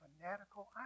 fanatical